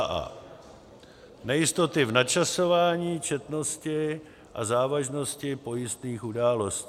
a) nejistoty v načasování, četnosti a závažnosti pojistných událostí;